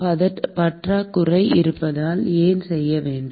மாணவர் பற்றாக்குறை இருப்பதால் ஏன் செய்ய வேண்டும்